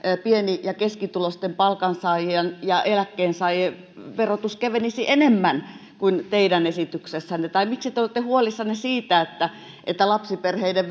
pieni ja keskituloisten palkansaajien ja eläkkeensaajien verotus kevenisi enemmän kuin teidän esityksessänne tai miksi te olette huolissanne siitä että että lapsiperheiden